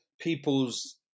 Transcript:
people's